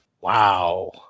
wow